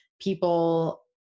people